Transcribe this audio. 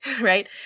right